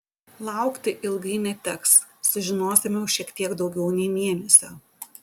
laukti ilgai neteks sužinosime už šiek tiek daugiau nei mėnesio